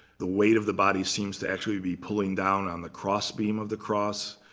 the weight of the body seems to actually be pulling down on the cross beam of the cross.